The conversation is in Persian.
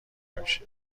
نمیشه